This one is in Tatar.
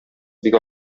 бик